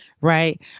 right